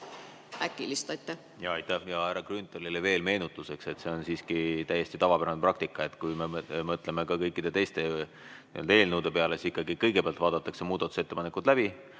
Aitäh! Härra Grünthalile veel meenutuseks, et see on siiski täiesti tavapärane praktika. Kui me mõtleme ka kõikide teiste eelnõude peale, siis ikkagi kõigepealt vaadatakse muudatusettepanekud läbi